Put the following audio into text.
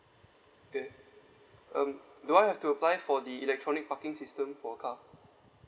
okay um do I have to apply for the electronic parking system for car